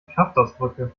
kraftausdrücke